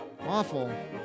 Awful